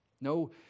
No